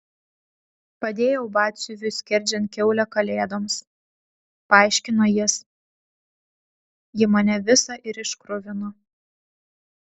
padėjau batsiuviui skerdžiant kiaulę kalėdoms paaiškino jis ji mane visą ir iškruvino